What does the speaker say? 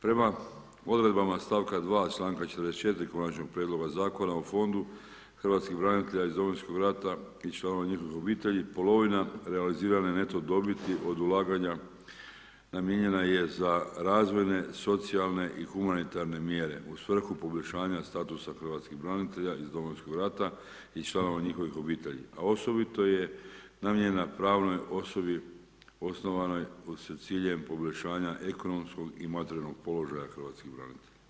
Prema odredbama stavka 2. čl. 44. konačnog prijedloga zakona o fondu Hrvatskih branitelja iz Domovinskog rata i članova njihovih obitelji polovina realizirane neto dobiti od ulaganja namijenjena je za razvojne, socijalne i humanitarne mjere u svrhu poboljšanja statusa Hrvatskih branitelja iz Domovinskog rata i članova njihovih obitelji, a osobito je namijenjena pravnoj osobi osnovanoj s ciljem poboljšanja ekonomskog i materijalnog položaja Hrvatskih branitelja.